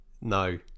no